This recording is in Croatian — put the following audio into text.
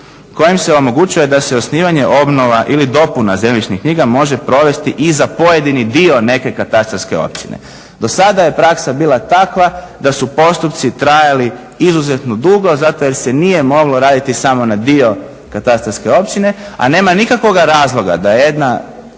kojim se omogućuje da se osnivanje, obnova ili dopuna zemljišnih knjiga može provesti i za pojedini dio neke katastarske općine. Do sada je praksa bila takva da su postupci trajali izuzetno dugo zato jer se nije moglo raditi samo na dio katastarske općine a nema nikakvoga razloga da se ne